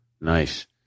Nice